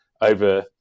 over